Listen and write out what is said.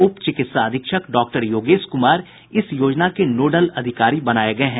उप चिकित्सा अधीक्षक डॉक्टर योगेश कुमार इस योजना के नोडल अधिकारी बनाये गये हैं